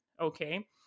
Okay